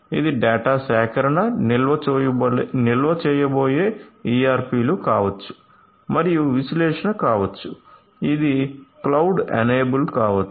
ఇది డేటా సేకరణ నిల్వ చేయబోయే ERP లు కావచ్చు మరియు విశ్లేషణ కావచ్చు మరియు ఇది క్లౌడ్ ఎనేబుల్ కావచ్చు